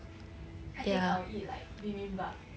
I think I'll eat like bibimbap